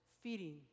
feeding